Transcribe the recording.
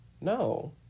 no